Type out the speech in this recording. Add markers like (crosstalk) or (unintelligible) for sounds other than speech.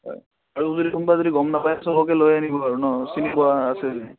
হয় আৰু যদি কোনবা যদি গম নাপাই চবকে লৈ আনিব আৰু (unintelligible)